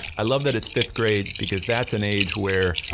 i love that it's fifth grade because, that's an age where,